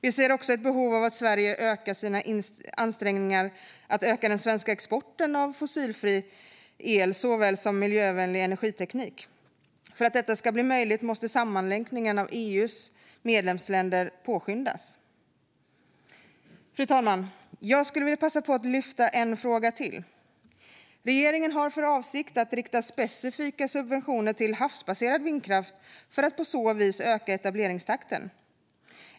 Vi ser också ett behov av att Sverige ökar sina ansträngningar att öka den svenska exporten av svensk fossilfri el såväl som miljövänlig energiteknik. För att detta ska bli möjligt måste sammanlänkningen av EU:s medlemsländer påskyndas. Fru talman! Jag skulle vilja passa på att ta upp en fråga till. Regeringen har för avsikt att rikta specifika subventioner till havsbaserad vindkraft för att på så vis öka etableringstakten.